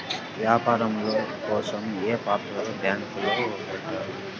వ్యాపారం కోసం ఏ పత్రాలు బ్యాంక్లో పెట్టాలి?